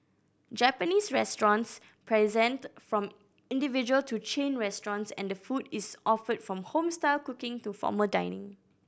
Japanese restaurants present from individual to chain restaurants and the food is offered from home style cooking to formal dining